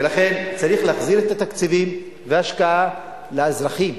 ולכן צריך להחזיר את התקציבים וההשקעה לאזרחים.